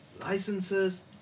licenses